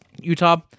utah